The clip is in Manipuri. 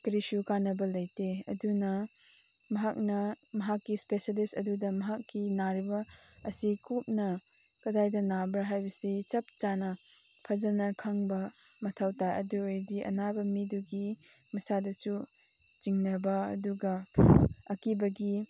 ꯀꯔꯤꯁꯨ ꯀꯥꯟꯅꯕ ꯂꯩꯇꯦ ꯑꯗꯨꯅ ꯃꯍꯥꯛꯅ ꯃꯍꯥꯛꯀꯤ ꯏꯁꯄꯦꯁꯦꯜꯂꯤꯁ ꯑꯗꯨꯗ ꯃꯍꯥꯛꯀꯤ ꯅꯥꯔꯤꯕ ꯑꯁꯤ ꯀꯨꯞꯅ ꯀꯗꯥꯏꯗ ꯅꯥꯕ꯭ꯔꯥ ꯍꯥꯏꯕꯁꯤ ꯆꯞ ꯆꯥꯅ ꯐꯖꯅ ꯈꯪꯕ ꯃꯊꯧ ꯇꯥꯏ ꯑꯗꯨ ꯑꯣꯏꯔꯗꯤ ꯑꯅꯥꯕ ꯃꯤꯗꯨꯒꯤ ꯃꯁꯥꯗꯁꯨ ꯆꯤꯡꯅꯕ ꯑꯗꯨꯒ ꯑꯀꯤꯕꯒꯤ